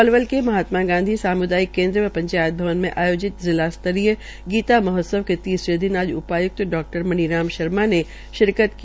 पलवल में महात्मा गांधी साम्दायिक केन्द्र व पंचायत भव में आयोजित जिला स्तरीय गीता महोत्सव के तीसरे दिन आज उपाय्क्त डा मनीराम शर्मा ने शिरकत की